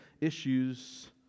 issues